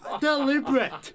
deliberate